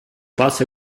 passo